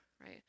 right